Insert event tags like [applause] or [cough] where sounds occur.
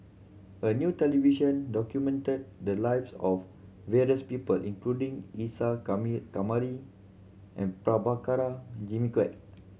a new television documented the lives of various people including Isa [unintelligible] Kamari and Prabhakara Jimmy Quek